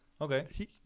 Okay